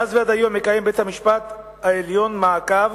מאז ועד היום מקיים בית-המשפט העליון מעקב